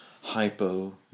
Hypo